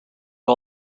all